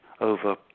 over